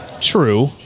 True